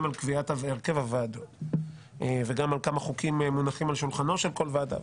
על קביעת הרכב הוועדות וגם על כמה חוקים מונחים על שולחנה של כל ועדה,